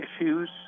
issues